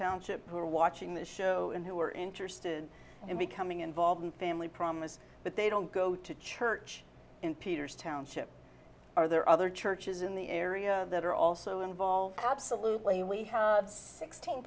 township who are watching this show and who are interested in becoming involved in family promise but they don't go to church in peter's township are there other churches in the area that are also involved absolutely we have sixteen